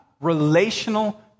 relational